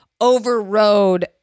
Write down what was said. overrode